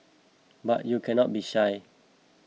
but you cannot be shy